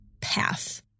path